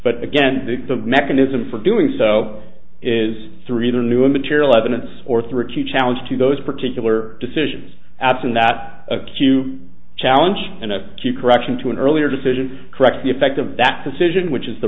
but again the mechanism for doing so is three the new material evidence or three key challenge to those particular decisions absent that acute challenge in a key correction to an earlier decision correct the effect of that decision which is the